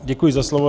Děkuji za slovo.